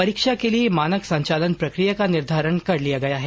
परीक्षा के लिए मानक संचालन प्रक्रिया का निर्धारण कर लिया गया है